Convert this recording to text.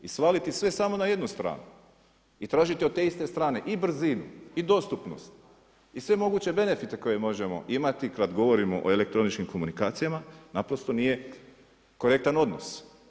I svaliti sve samo na jednu stranu i tražiti od te iste strane i brzinu i dostupnost i sve moguće benefite koje možemo imati kada govorimo o elektroničkim telekomunikacijama naprosto nije korektan odnos.